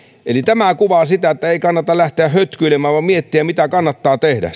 tämä kuvaa sitä että ei kannata lähteä hötkyilemään vaan pitää miettiä mitä kannattaa tehdä